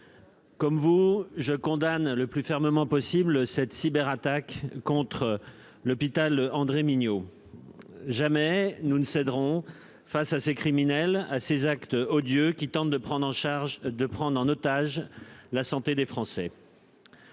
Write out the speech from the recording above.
Comme vous je condamne le plus fermement possible. Cette cyberattaque contre l'hôpital André Mignot. Jamais nous ne céderons face à ces criminels à ces actes odieux qui tente de prendre en charge de prendre en otage la santé des Français.--